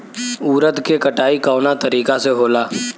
उरद के कटाई कवना तरीका से होला?